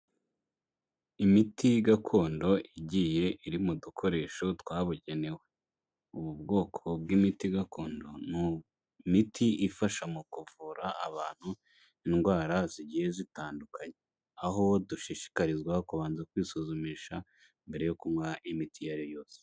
Imiti gakondo igiye iri mu dukoresho twabugenewe, ubu bwoko bw'imiti gakondoni imiti ifasha mu kuvura abantu indwara zigiye zitandukanye, aho dushishikarizwa kubanza kwisuzumisha mbere yo kunywa imiti iyo ariyo yose.